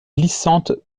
glissante